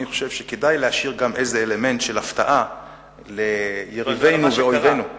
אני חושב שכדאי להשאיר גם איזה אלמנט של הפתעה ליריבינו ולאויבינו.